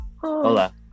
Hola